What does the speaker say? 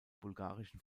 bulgarischen